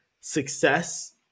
success